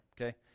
okay